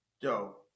yo